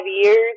years